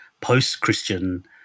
post-Christian